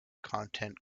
content